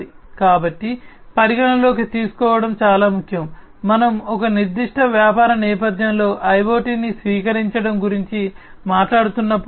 కాబట్టి పరిగణనలోకి తీసుకోవడం చాలా ముఖ్యం మనము ఒక నిర్దిష్ట వ్యాపార నేపధ్యంలో IoT ను స్వీకరించడం గురించి మాట్లాడుతున్నప్పుడు